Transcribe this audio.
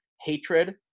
hatred